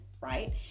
right